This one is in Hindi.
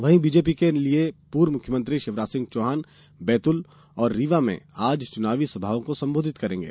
वहीं भाजपा के लिए पूर्व मुख्यमंत्री शिवराज सिंह चौहान बैतूल और रीवा में आज चुनावी सभाओं को संबोधित करेंगे